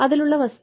അതിലുള്ള വസ്തു